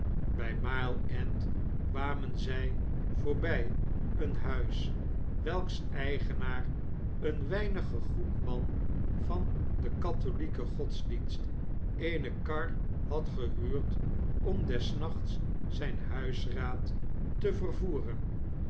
bij mile end kwamen zij voorbij een huis welks eigenaar een weinig gegoed man van den katholieken godsdienst eene kar had gehuurd om des nachts zijn huisraad te vervoeren